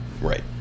Right